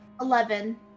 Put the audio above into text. Eleven